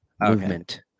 movement